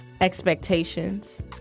expectations